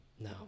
No